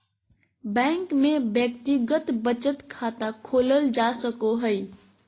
bank में व्यक्तिगत बचत खाता खोलल जा सको हइ